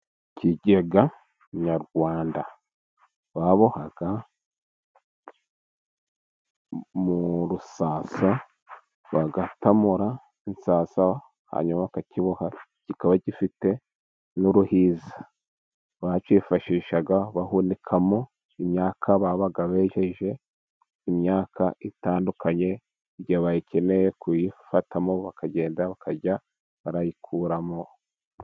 Ikigega Nyarwanda babohaga mu rusasa ,bagatamura insasa hanyuma bakakiboha kikaba gifite n'uruhiza, bacyifashishaga bahunikamo imyaka babaga bejeje imyaka itandukanye, igihe bayikeneye kuyifatamo bakagenda bakajya barayikuramo.